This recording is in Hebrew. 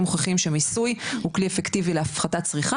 מוכיחים שמיסוי הוא כלי אפקטיבי להפחתת צריכה,